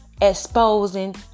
exposing